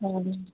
हँ